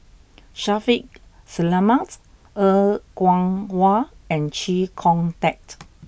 Shaffiq Selamat Er Kwong Wah and Chee Kong Tet